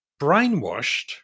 brainwashed